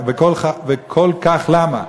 וכל כך למה?